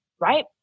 right